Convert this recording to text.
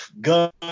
gun